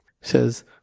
says